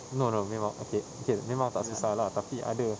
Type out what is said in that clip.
no no memang okay okay memang tak susah lah tapi ada